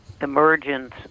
emergence